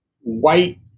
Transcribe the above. white